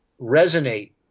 resonate